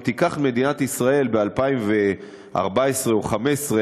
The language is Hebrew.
אם תיקח את מדינת ישראל ב-2014 או 2015,